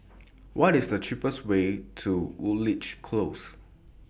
What IS The cheapest Way to Woodleigh Close